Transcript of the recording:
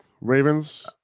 Ravens